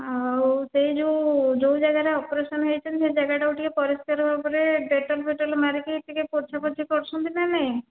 ଆଉ ସେଇ ଯେଉଁ ଯେଉଁ ଜାଗାରେ ଅପରେସନ ହୋଇଛନ୍ତି ସେହି ଜାଗା ଟିକୁ ଟିକେ ପରିଷ୍କାର ଭାବରେ ଡେଟଲ ଫେଟଲ ମାରିକି ଟିକେ ପୋଛା ପୋଛି କରୁଛନ୍ତି ନା ନାଇଁ